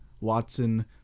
Watson